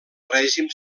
règim